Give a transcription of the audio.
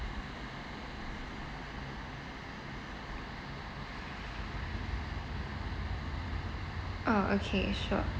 orh okay sure